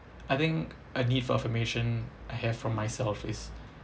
I think a need for affirmation I have from myself is